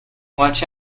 watch